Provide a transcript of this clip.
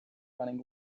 running